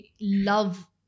love